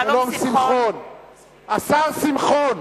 השר שמחון.